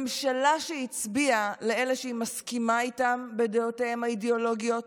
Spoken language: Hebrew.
ממשלה שהצביעה לאלה שהיא מסכימה איתם בדעותיהם האידיאולוגיות